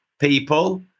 people